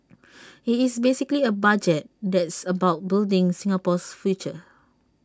IT is basically A budget that's about building Singapore's future